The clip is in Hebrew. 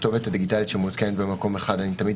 לכתובת דיגיטלית שמעודכנת במקום אחד אני תמיד